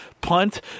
punt